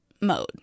mode